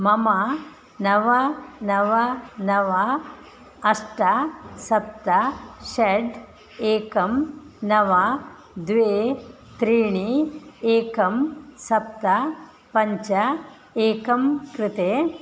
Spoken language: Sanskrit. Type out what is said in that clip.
मम नव नव नव अष्ट सप्त षट् एकं नव द्वे त्रीणि एकं सप्त पञ्च एकं कृते